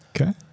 Okay